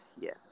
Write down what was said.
Yes